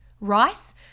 Rice